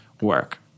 work